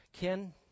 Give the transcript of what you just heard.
Ken